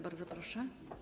Bardzo proszę.